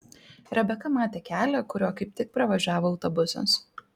rebeka matė kelią kuriuo kaip tik pravažiavo autobusas